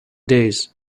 days